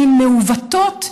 מעוותות,